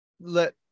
let